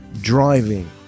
driving